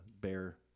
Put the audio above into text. bear